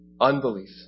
unbelief